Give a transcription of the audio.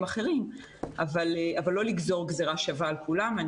אחרים אבל לא לגזור גזרה שווה על כולם.